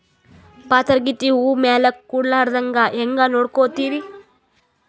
ಪಾತರಗಿತ್ತಿ ಹೂ ಮ್ಯಾಲ ಕೂಡಲಾರ್ದಂಗ ಹೇಂಗ ನೋಡಕೋತಿರಿ?